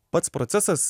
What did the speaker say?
pats procesas